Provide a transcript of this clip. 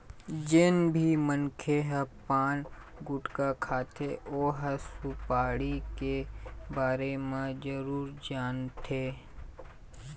जेन भी मनखे ह पान, गुटका खाथे ओ ह सुपारी के बारे म जरूर जानथे